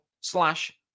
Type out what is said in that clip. slash